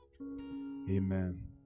Amen